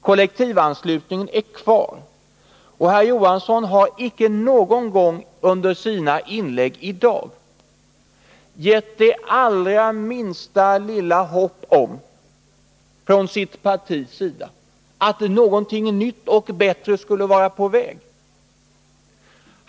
Kollektivanslutningen är kvar och herr Johansson har icke någon gång under sina inlägg i dag gett det allra minsta lilla hopp om att någonting nytt och bättre skulle vara på väg från hans partis sida.